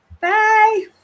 Bye